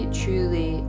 truly